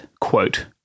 quote